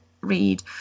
read